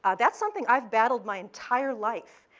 ah that's something i've battled my entire life.